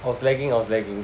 I was lagging I was lagging